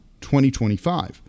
2025